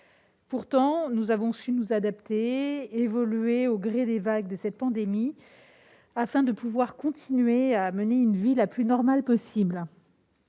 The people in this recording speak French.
Pourtant, nous avons su nous adapter et évoluer au gré des vagues de cette pandémie afin de pouvoir continuer à mener une vie la plus normale possible.